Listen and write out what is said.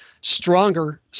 stronger